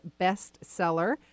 bestseller